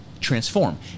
transform